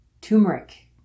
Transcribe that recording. Turmeric